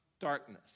darkness